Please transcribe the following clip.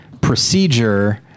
procedure